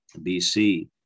BC